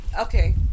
Okay